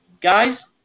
guys